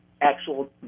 actual